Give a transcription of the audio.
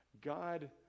God